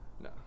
No